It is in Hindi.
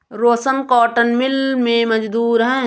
रोशन कॉटन मिल में मजदूर है